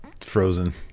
frozen